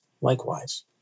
likewise